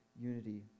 unity